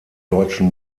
deutschen